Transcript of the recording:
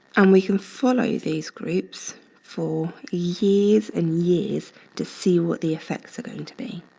and we can follow these groups for years and years to see what the affects are going to be.